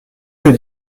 que